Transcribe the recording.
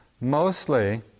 Mostly